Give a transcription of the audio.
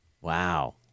Wow